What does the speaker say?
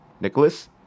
Nicholas